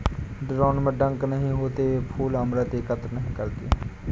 drone में डंक नहीं होते हैं, वे फूल अमृत एकत्र नहीं करते हैं